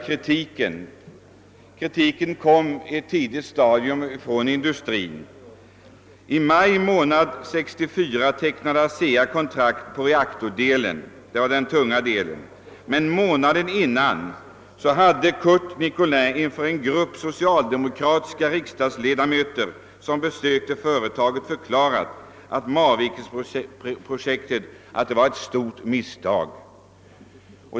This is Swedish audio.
Kritik framfördes på ett tidigt stadium från industrin. I maj 1964 tecknade ASEA kontrakt på reaktordelen — den tunga delen. Men månaden innan hade Curt Nicolin inför en grupp socialdemokratiska ledamöter som hesökte företaget förklarat att Marvikenprojektet var ett stort misstag.